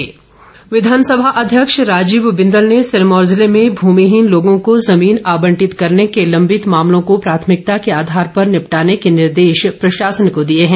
बिंदल विधानसभा अध्यक्ष राजीव बिंदल ने सिरमौर जिले में भूमिहीन लोगों को जुमीन आबंटित करने के लंबित मामलों को प्राथमिकता के आधार पर निपटाने के निर्देश प्रशासन को दिए हैं